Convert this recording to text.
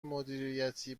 مدیریتی